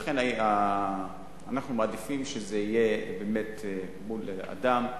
לכן אנחנו מעדיפים שזה יהיה מול אדם,